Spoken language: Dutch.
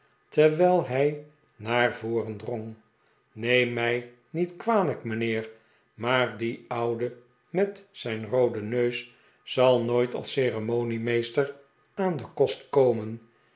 terwijl hij naar voren drong neem mij niet kwalijk mijnheer maar die oude met zijn rooden neus zal nooit als ceremoniemeester aan den kost komen